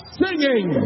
singing